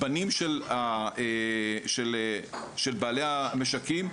הבנים של בעלי המשקים,